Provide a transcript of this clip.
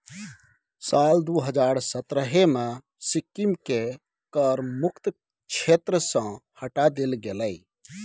साल दू हजार सतरहे मे सिक्किमकेँ कर मुक्त क्षेत्र सँ हटा देल गेलै